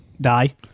Die